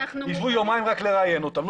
יישבו יומיים רק לראיין אותם.